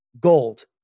gold